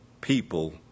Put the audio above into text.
people